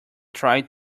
tried